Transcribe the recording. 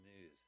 news